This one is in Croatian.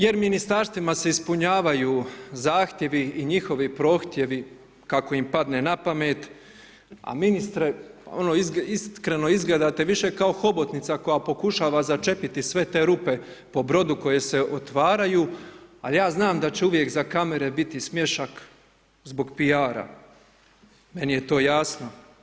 Jer ministarstvima se ispunjavaju zahtjevi i njihovi prohtjevi, kako im padne napamet, a ministre, ono iskreno, izgledate više kao hobotnica, koje pokušava začepiti sve te rupe po brodu koje se otvaraju, a ja znam da će uvijek za kamere biti smješka zbog P.R. meni je to jasno.